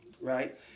right